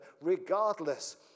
regardless